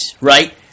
right